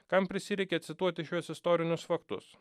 kam prisireikė cituoti šiuos istorinius faktus